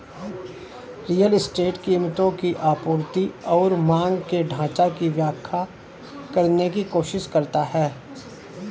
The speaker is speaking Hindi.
रियल एस्टेट कीमतों की आपूर्ति और मांग के ढाँचा की व्याख्या करने की कोशिश करता है